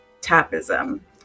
tapism